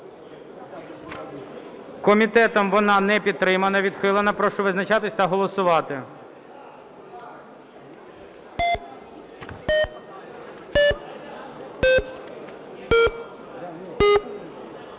Комітетом вона не підтримана, відхилена. Прошу визначатись та голосувати.